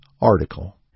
article